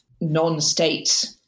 non-state